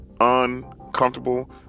uncomfortable